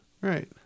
Right